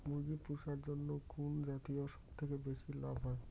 মুরগি পুষার জন্য কুন জাতীয় সবথেকে বেশি লাভ হয়?